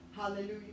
Hallelujah